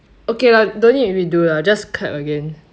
okay lah don't need to redo lah just clap again